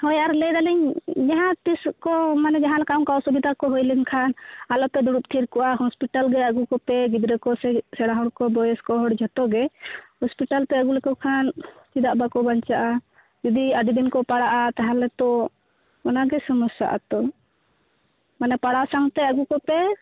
ᱦᱳᱭ ᱟᱨ ᱞᱟᱹᱭᱮᱫᱟᱞᱤᱧ ᱡᱟᱦᱟᱸ ᱛᱤᱥ ᱠᱚ ᱢᱟᱱᱮ ᱡᱟᱦᱟᱸ ᱞᱮᱠᱟ ᱚᱱᱠᱟ ᱚᱥᱩᱵᱤᱫᱟ ᱠᱚ ᱦᱩᱭᱞᱮᱱ ᱠᱷᱟᱱ ᱟᱞᱚᱯᱮ ᱫᱩᱲᱩᱵ ᱛᱷᱤᱨ ᱠᱚᱜᱼᱟ ᱦᱳᱥᱯᱤᱴᱟᱞ ᱜᱮ ᱟᱹᱜᱩ ᱠᱚᱯᱮ ᱜᱤᱫᱽᱨᱟᱹ ᱠᱚᱥᱮ ᱥᱮᱲᱟ ᱦᱚᱲ ᱠᱚ ᱵᱚᱭᱮᱥ ᱠᱚ ᱦᱚᱲ ᱡᱚᱛᱚ ᱜᱮ ᱦᱳᱥᱯᱤᱴᱟᱞ ᱯᱮ ᱟᱹᱜᱩ ᱞᱮᱠᱚ ᱠᱷᱟᱱ ᱪᱮᱫᱟᱜ ᱵᱟᱠᱚ ᱵᱟᱧᱪᱟᱜᱼᱟ ᱡᱩᱫᱤ ᱟᱹᱰᱤ ᱫᱤᱱ ᱠᱚ ᱯᱟᱲᱟᱜᱼᱟ ᱛᱟᱦᱚᱞᱮ ᱛᱳ ᱚᱱᱟ ᱜᱮ ᱥᱳᱢᱳᱥᱥᱟ ᱟᱛᱳ ᱢᱟᱱᱮ ᱯᱟᱲᱟᱣ ᱥᱟᱶᱛᱮ ᱟᱹᱜᱩ ᱠᱚᱯᱮ